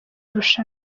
irushanwa